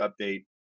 update